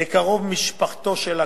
לקרוב משפחתו של הקטין,